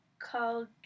called